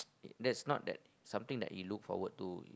that's not that something that he looked forward to